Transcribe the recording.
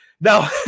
now